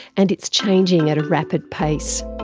and it's changing at a rapid pace.